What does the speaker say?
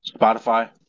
Spotify